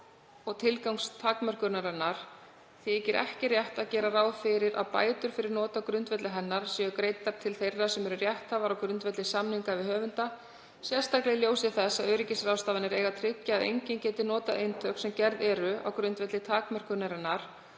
og tilgangi takmörkunarinnar þykir ekki rétt að gera ráð fyrir að bætur fyrir not á grundvelli hennar séu greiddar til þeirra sem eru rétthafar á grundvelli samninga við höfunda, sérstaklega í ljósi þess að öryggisráðstafanir eiga að tryggja að enginn geti notað eintök sem gerð eru á grundvelli takmörkunarinnar